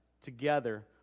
together